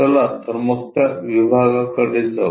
चला तर मग त्या विभागाकडे जाऊ